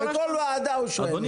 בכל ועדה הוא שואל את זה.